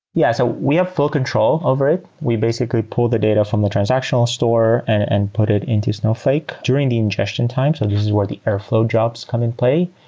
yeah. so we have full control over it. we basically pull the data from the transactional store and put it into snowflake during the ingestion time. so this is where the airflow jobs come in play.